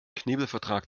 knebelvertrag